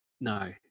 No